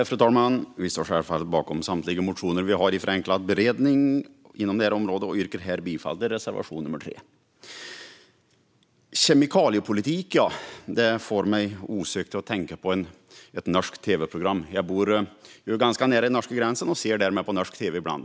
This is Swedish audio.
Fru talman! Vi står självfallet bakom samtliga motioner som vi behandlar förenklat inom detta område, och jag yrkar härmed bifall till reservation 3. Kemikaliepolitik får mig osökt att tänka på ett norskt tv-program. Jag bor ganska nära den norska gränsen och ser därför på norsk tv ibland.